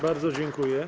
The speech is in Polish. Bardzo dziękuję.